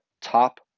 top